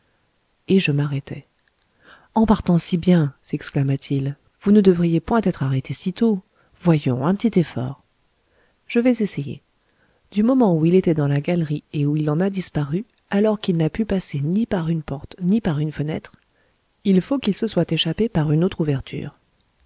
et je m'arrêtai en partant si bien sexclama t il vous ne devriez point être arrêté si tôt voyons un petit effort je vais essayer du moment où il était dans la galerie et où il en a disparu alors qu'il n'a pu passer ni par une porte ni par une fenêtre il faut qu'il se soit échappé par une autre ouverture